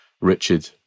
Richard